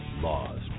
Laws